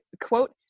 quote